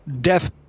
death